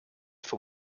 for